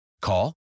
Call